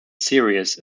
series